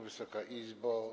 Wysoka Izbo!